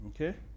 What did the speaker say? Okay